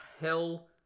hell